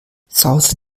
south